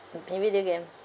you play video games